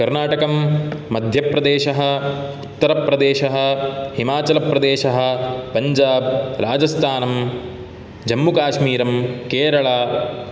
कर्नाटकं मध्यप्रदेशः उत्तरप्रदेशः हिमाचलप्रदेशः पञ्जाब् राजस्थानं जम्मुकाश्मीरं केरल